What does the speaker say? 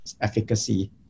efficacy